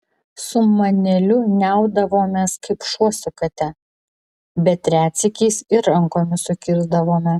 su maneliu niaudavomės kaip šuo su kate bet retsykiais ir rankomis sukirsdavome